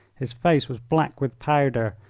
his face was black with powder,